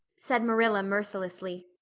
said marilla mercilessly,